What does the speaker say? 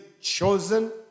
chosen